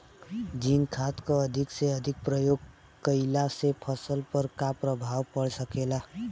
Zinc खाद क अधिक से अधिक प्रयोग कइला से फसल पर का प्रभाव पड़ सकेला?